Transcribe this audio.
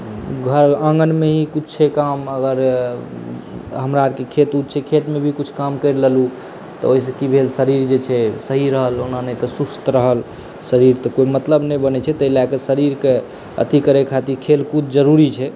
घर आँगनमे ही कुछ काम अगर हमरा आरके खेत उत छै खेतमे भी कुछ काम करि लेलहुँ तऽ ओहिसँ की भेल शरीर जे छै सही रहल ओना नहि तऽ सुस्त रहल शरीर तऽ कोइ मतलब नहि बनैत छै ताहि लए कऽ शरीरके अथी करै खातिर खेलकूद जरूरी छै